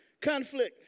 Conflict